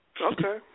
Okay